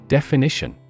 Definition